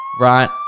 right